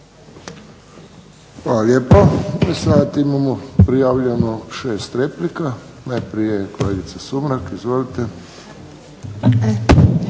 Hvala lijepo. Zasad imamo prijavljeno 6 replika. Najprije kolegica Sumrak, izvolite.